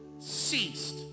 ceased